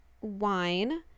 wine